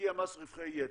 מגיע מס רווחי יתר.